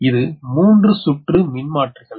இது 3 சுற்று மின்மாற்றிகள்